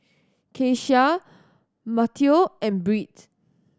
Keshia Matteo and Britt